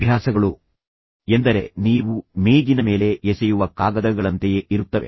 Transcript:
ಅಭ್ಯಾಸಗಳು ಎಂದರೆ ನೀವು ನಿಮ್ಮ ಮೇಜಿನ ಮೇಲೆ ಅಥವಾ ಮೇಜಿನ ಮೇಲೆ ಎಸೆಯುವ ಕಾಗದಗಳಂತೆಯೇ ಇರುತ್ತವೆ